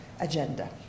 agenda